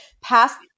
past